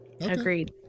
Agreed